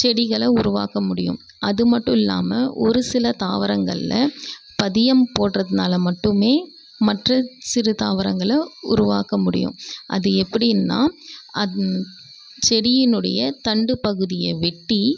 செடிகளை உருவாக்க முடியும் அது மட்டும் இல்லாமல் ஒரு சில தாவரங்களில் பதியம் போடுறதுனால மட்டுமே மற்ற சிறுதாவரங்களை உருவாக்க முடியும் அது எப்படின்னால் அந் செடியினுடைய தண்டு பகுதியை வெட்டி